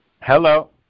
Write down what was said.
Hello